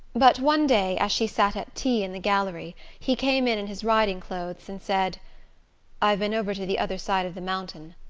but one day, as she sat at tea in the gallery, he came in in his riding-clothes and said i've been over to the other side of the mountain.